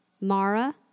Mara